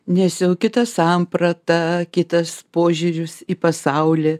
nes jau kita samprata kitas požiūris į pasaulį